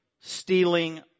stealing